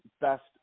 best